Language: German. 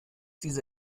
diese